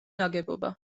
ნაგებობა